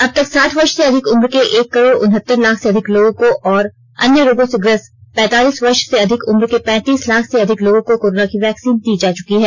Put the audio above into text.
अब तक साठ वर्ष से अधिक उम्र के एक करोड़ उनहत्तर लाख से अधिक लोगों को और अन्य रोगों से ग्रस्त पैतालीस वर्ष से अधिक उम्र के पैंतीस लाख से अधिक लोगों को कोरोना की वैक्सीन दी जा चुकी है